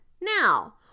Now